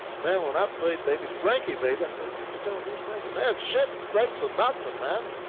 man, when i played baby frankie baby, i said, mr. jones, who's frankie? man, shit, frank sinatra, man.